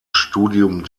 studium